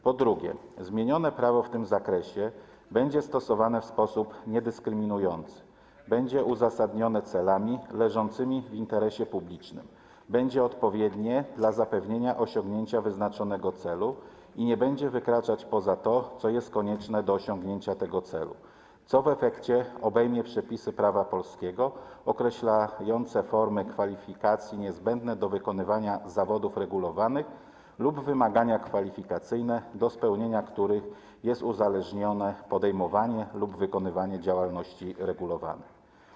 Po drugie, zmienione prawo w tym zakresie będzie stosowane w sposób niedyskryminujący, będzie uzasadnione celami leżącymi w interesie publicznym, będzie odpowiednie do wymogu zapewnienia osiągnięcia wyznaczonego celu i nie będzie wykraczać poza to, co jest konieczne do osiągnięcia tego celu, a w efekcie obejmie przepisy prawa polskiego określające formy kwalifikacji niezbędne do wykonywania zawodów regulowanych lub wymagania kwalifikacyjne, od których spełnienia jest uzależnione podejmowanie lub wykonywanie działalności regulowanej.